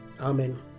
Amen